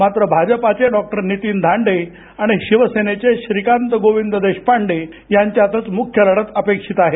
मात्र भाजपाचे डॉक्टर नीतीन धांडे आणि शिवसेनेचे श्रीकांत गोविद देशपांडे यांच्यातच मुख्य लढत अपेक्षित आहे